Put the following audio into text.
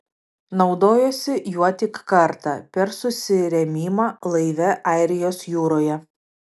naudojosi juo tik kartą per susirėmimą laive airijos jūroje